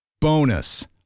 Bonus